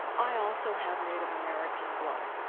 i also have native american blood